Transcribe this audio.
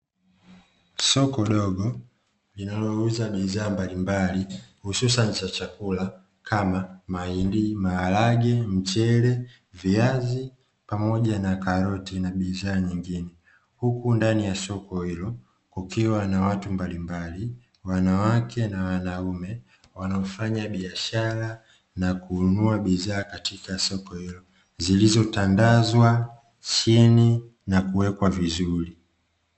Soko dogo linalouza bidhaa mbalimbali hususan za chakula kama: mahindi, maharage, mchele, viazi, pamoja na karoti na bidhaa nyingine. Huku ndani ya soko hilo kukiwa na watu mbalimbali (wanawake kwa wanaume) wanaofanya biashara na kununua bidhaa katika soko hilo, zilizotandazwa chini na kuwekwa vizuri.